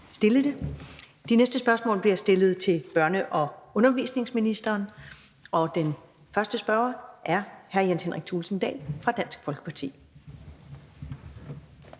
De næste spørgsmål bliver stillet til børne- og undervisningsministeren, og den første spørger er hr. Jens Henrik Thulesen Dahl fra Dansk Folkeparti.